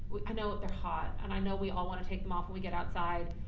i know they're hot and i know we all wanna take them off when we get outside.